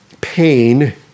pain